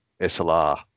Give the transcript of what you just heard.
SLR